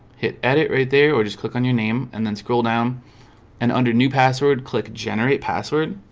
hit edit right there or just click on your name and then scroll down and under new password click generate password